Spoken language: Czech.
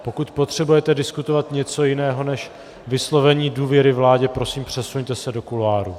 Pokud potřebujete diskutovat něco jiného než vyslovení důvěry vládě, prosím, přesuňte se do kuloáru.